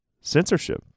censorship